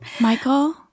Michael